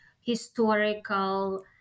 historical